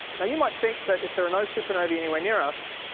now, you might think that if there are no supernovae anywhere near us,